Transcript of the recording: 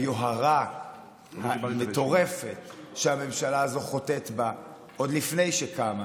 היוהרה המטורפת שהממשלה הזו חוטאת בה עוד לפני שקמה,